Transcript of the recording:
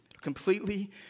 Completely